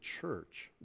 church